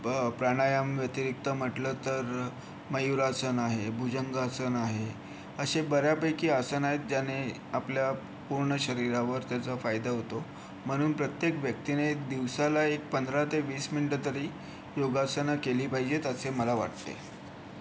प्राणायाम व्यतिरिक्त म्हटलं तर मयूरासन आहे भुजंगासन आहे असे बऱ्यापैकी आसन आहेत ज्याने आपल्या पूर्ण शरीरावर त्याचा फायदा होतो म्हणून प्रत्येक व्यक्तीने दिवसाला एक पंधरा ते वीस मिनटं तरी योगासनं केली पाहिजेत असे मला वाटते